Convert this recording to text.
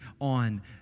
on